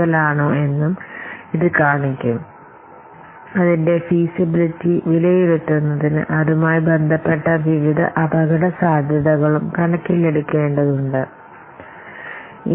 ബിസിനസിലെ അപകടസാധ്യതകൾ കൂടി അപ്പോൾ കണക്കിൽ എടുക്കണം അതായത് നമ്മൾ ശ്രദ്ധിക്കേണ്ടതായ ചില കാര്യങ്ങൾ കൂടി ഉണ്ട് പലതരം അപകട സാധ്യതകൾ അതുമായി ബന്ധപ്പെട്ട ബിസിനസ്സ് അപകട സാധ്യതകൾ എന്തൊക്കെ ആണ് അങ്ങനെ പ്രോജക്ട് സാധ്യത ഉള്ളതാണോ അല്ലയോ എന്ന് അറിയാൻ അത് നമ്മളെ സഹായിക്കും